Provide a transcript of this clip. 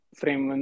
frame